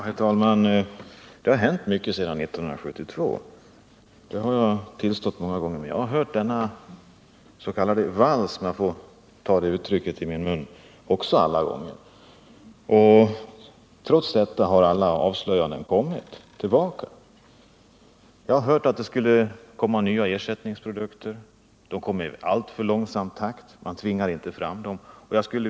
Herr talman! Mycket har hänt sedan 1972, och det har jag tillstått många gånger. Men denna s.k. vals — om jag får ta det uttrycket i min mun — har också dragits varje gång. Trots vidtagna åtgärder har alla avslöjanden kommit tillbaka. Jag har erfarit att ersättningsprodukter skulle komma, men dessa kommer i alltför långsam takt; man tvingar inte fram dem.